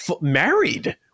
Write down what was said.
married